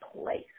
place